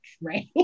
right